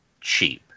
cheap